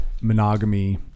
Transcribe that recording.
monogamy